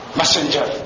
messenger